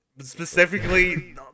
specifically